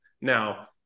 Now